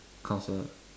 counsellor